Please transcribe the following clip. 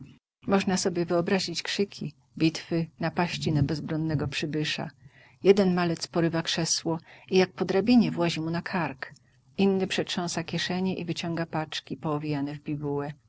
można sobie wyobrazić krzyki bitwy napaści na bezbronnego przybysza jeden malec porywa krzesło i jak po drabinie włazi mu na kark inny przetrząsa kieszenie i wyciąga paczki poowijane